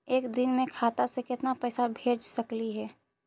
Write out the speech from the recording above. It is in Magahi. एक दिन में खाता से केतना पैसा भेज सकली हे?